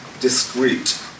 discreet